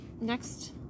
next